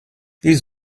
ils